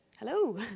Hello